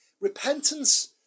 Repentance